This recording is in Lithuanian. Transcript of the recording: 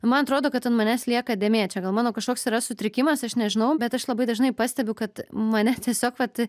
man atrodo kad ant manęs lieka dėmė čia gal mano kažkoks yra sutrikimas aš nežinau bet aš labai dažnai pastebiu kad mane tiesiog vat